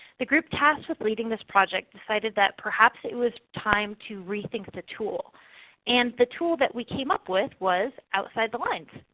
the group tasked with leading this project decided that perhaps it was time to rethink the tools and the tool that we came up with was outside the lines.